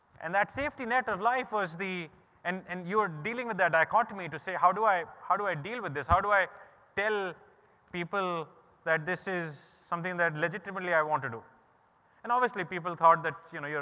and that safety net of life was the end and and you are dealing with that dichotomy to say how do i how do i deal with this? how do i tell people that this is something that legitimately i want to do and obviously, people thought that you know,